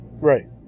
right